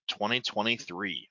2023